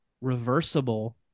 reversible